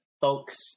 folks